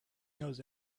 knows